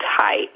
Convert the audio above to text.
tight